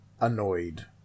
annoyed